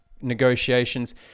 negotiations